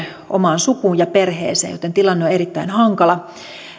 omaan sukuun ja perheeseen joten tilanne on erittäin hankala